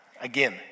again